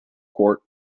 court